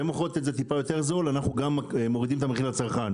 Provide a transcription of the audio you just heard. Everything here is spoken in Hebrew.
כשהן מוכרות את זה טיפה ביותר זול אנחנו גם מורידים את המחיר לצרכן.